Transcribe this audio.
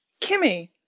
Kimmy